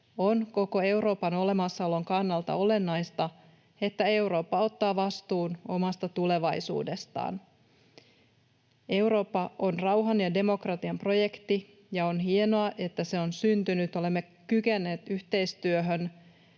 on koko Euroopan olemassaolon kannalta olennaista, että Eurooppa ottaa vastuun omasta tulevaisuudestaan. Eurooppa on rauhan ja demokratian projekti, ja on hienoa, että se on syntynyt ja olemme kyenneet yhteistyöhön